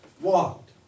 walked